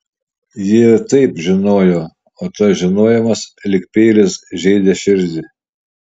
ji ir taip žinojo o tas žinojimas lyg peilis žeidė širdį